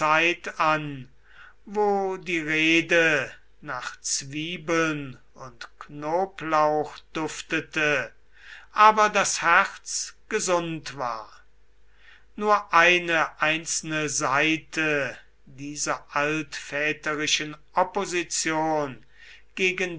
an wo die rede nach zwiebeln und knoblauch duftete aber das herz gesund war nur eine einzelne seite dieser altväterischen opposition gegen